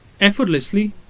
effortlessly